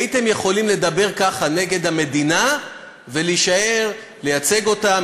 הייתם יכולים לדבר ככה נגד המדינה ולהישאר לייצג אותם,